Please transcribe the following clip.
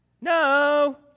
No